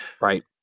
Right